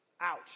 Ouch